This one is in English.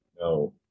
no